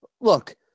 look